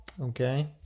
Okay